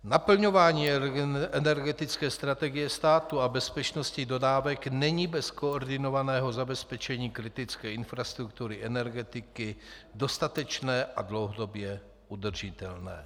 Naplňování energetické strategie státu a bezpečnosti dodávek není bez koordinovaného zabezpečení kritické infrastruktury energetiky dostatečné a dlouhodobě udržitelné.